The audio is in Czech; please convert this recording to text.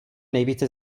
nejvíce